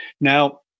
Now